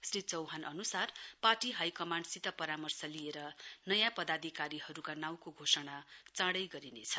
श्री चौहान अनुसार party high कमाण्डसित परामर्श लिएर नयाँ पदाधिकारीहरूका नाउँको घोषणा चाँडै गरिनेछ